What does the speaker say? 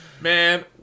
Man